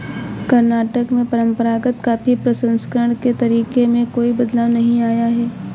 कर्नाटक में परंपरागत कॉफी प्रसंस्करण के तरीके में कोई बदलाव नहीं आया है